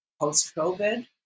post-COVID